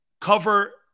cover